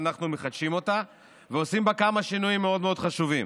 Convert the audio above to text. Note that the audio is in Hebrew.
ואנחנו מחדשים אותה ועושים בה כמה שינויים מאוד מאוד חשובים: